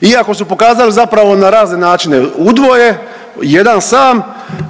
iako su pokazali zapravo na razne načine udvoje, jedan sam